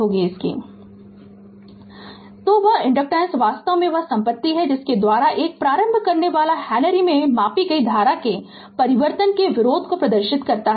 Refer Slide Time 1007 तो वह inductance वास्तव में वह संपत्ति है जिसके द्वारा एक प्रारंभ करनेवाला हेनरी में मापी गई धारा के परिवर्तन के विरोध को प्रदर्शित करता है